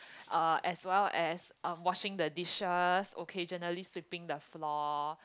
uh as well as um washing the dishes occasionally sweeping the floor